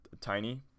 tiny